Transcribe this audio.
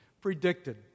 predicted